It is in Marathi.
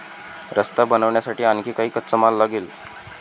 रस्ता बनवण्यासाठी आणखी काही कच्चा माल लागेल